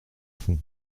fond